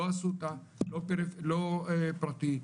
לא פרטי,